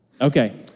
Okay